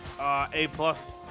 A-plus